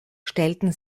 stellten